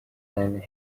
band